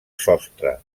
sostre